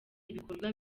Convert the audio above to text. ibikorwa